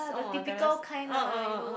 the typical kind lah you know